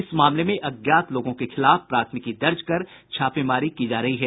इस मामले में अज्ञात लोगों के खिलाफ प्राथमिकी दर्ज कर छापेमारी की जा रही है